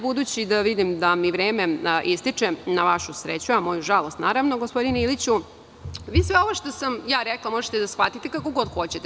Budući da vidim da mi vreme ističe, na vašu sreću, a moju žalost, naravno, gospodine Iliću, sve ovo što sam rekla možete da shvatite kako god hoćete.